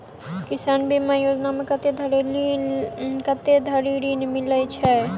किसान बीमा योजना मे कत्ते धरि ऋण मिलय छै?